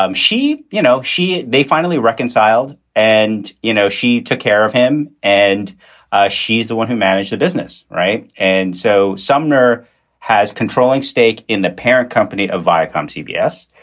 um she you know, she they finally reconciled and, you know, she took care of him. and ah she's the one who managed the business. right. and so sumner has a controlling stake in the parent company of viacom, cbs,